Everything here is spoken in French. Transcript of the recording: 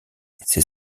ces